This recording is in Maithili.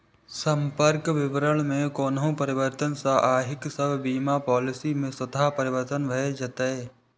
संपर्क विवरण मे कोनो परिवर्तन सं अहांक सभ बीमा पॉलिसी मे स्वतः परिवर्तन भए जाएत